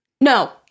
no